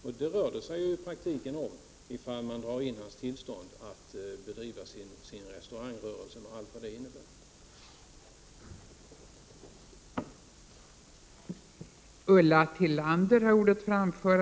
För det rör sig om det i praktiken, ifall man drar in tillståndet att bedriva restaurangrörelse, med allt vad det innebär.